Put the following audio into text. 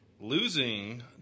losing